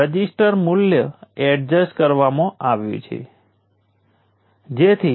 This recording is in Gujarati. ચાલો કહો કે હું આ વોલ્ટેજને VR કહું છું અને VR ની આ ધ્રુવીયતાને જોતાં